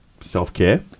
self-care